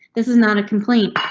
this is not a complaint.